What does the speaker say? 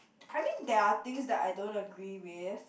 I mean that are things that I don't agree with